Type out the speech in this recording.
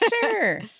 Sure